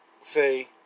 say